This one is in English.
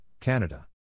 Canada